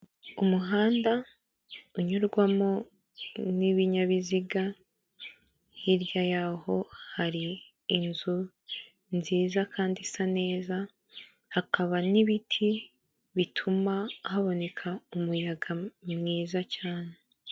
Umuhanda unyurwamo n'ibinyabiziga, hirya yaho hari inzu nziza kandi isa neza, hakaba n'ibiti bituma haboneka umuyaga mwiza cyane.